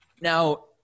Now